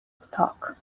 stock